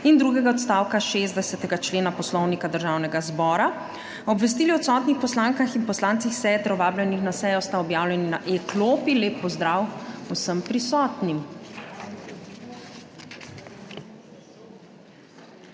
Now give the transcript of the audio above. in drugega odstavka 60. člena Poslovnika Državnega zbora. Obvestili o odsotnih poslankah in poslancih seje ter o vabljenih na sejo sta objavljeni na e-klopi. Lep pozdrav vsem prisotnim!